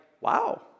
wow